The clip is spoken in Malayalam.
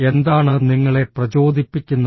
എന്താണ് നിങ്ങളെ പ്രചോദിപ്പിക്കുന്നത്